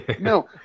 no